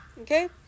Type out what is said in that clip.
Okay